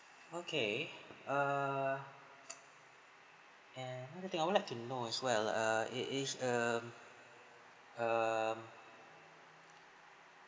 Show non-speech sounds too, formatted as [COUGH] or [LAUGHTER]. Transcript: okay err [NOISE] and another thing I would like to know as well err it is um um